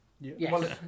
Yes